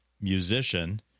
musician